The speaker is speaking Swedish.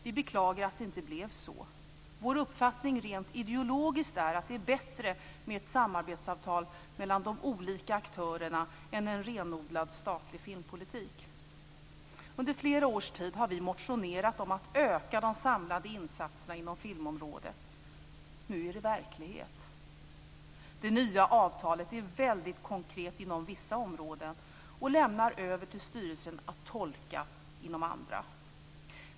Vi beklagar att det inte blev så. Vår uppfattning rent ideologiskt är att det är bättre med ett samarbetsavtal mellan de olika aktörerna än en renodlad statlig filmpolitik. Under flera år har vi motionerat om att öka de samlade insatserna inom filmområdet. Nu är detta verklighet. Det nya avtalet är väldigt konkret inom vissa områden och lämnar över till styrelsen att tolka inom andra.